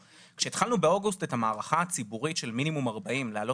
ואני באמת מאחל לכולנו גם בנושאים אחרים,